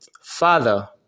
Father